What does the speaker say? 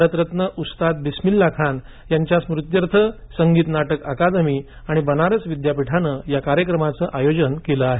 भारतरत्न उस्ताद बिस्मिल्ला खान यांच्या स्मृत्यर्थ संगीत नाटक अकादमी आणि बनारस विद्यापीठाने या कार्यक्रमच आयोजन केलं आहे